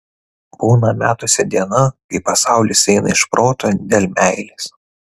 būna metuose diena kai pasaulis eina iš proto dėl meilės